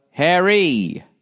Harry